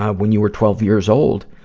when you were twelve years old.